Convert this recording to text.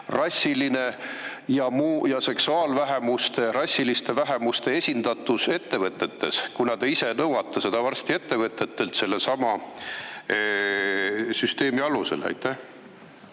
rassiline ja muu, seksuaalvähemuste, rassiliste vähemuste esindatus ettevõtetes, kuna te ise nõuate seda varsti ettevõtetelt sellesama süsteemi alusel.